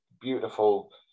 beautiful